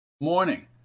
Morning